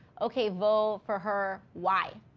okay, vote for her, why?